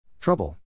Trouble